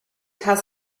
has